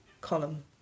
column